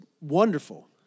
wonderful